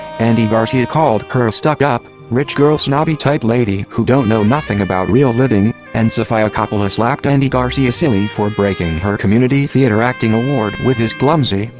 andy garcia called her a stuck up, rich girl snobby type lady who don't know nothing about real living, and sofia coppola slapped andy garcia silly for breaking her community theater acting award with his clumsy,